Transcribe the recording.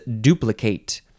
duplicate